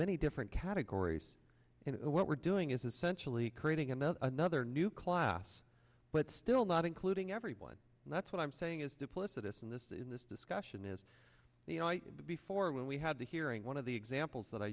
many different categories and what we're doing is essentially creating another another new class but still not including everyone and that's what i'm saying is duplicitous in this in this discussion is the night before when we had the hearing one of the examples that i